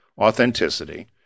authenticity